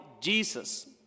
Jesus